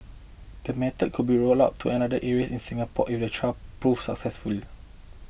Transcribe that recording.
the method could be rolled out to another area in Singapore if the trial proves successful